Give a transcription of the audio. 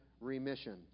remission